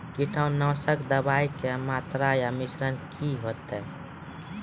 कीटनासक दवाई के मात्रा या मिश्रण की हेते?